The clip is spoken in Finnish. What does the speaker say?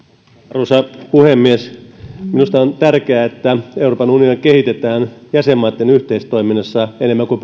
arvoisa puhemies minusta on tärkeää että euroopan unionia kehitetään jäsenmaitten yhteistoiminnassa enemmän kuin